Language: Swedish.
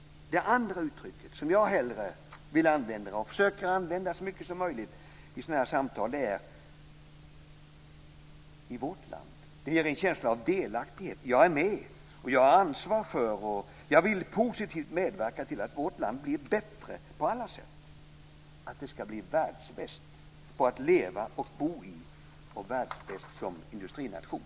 Det andra uttrycket, "i vårt land", som jag hellre vill använda och försöker använda så mycket som möjligt i sådana här samtal, ger en känsla av delaktighet, att vara med, att ha ansvar för och en vilja att positivt medverka till att vårt land blir bättre på alla sätt, att det skall bli världsbäst att leva och bo i och världsbäst som industrination.